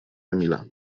emila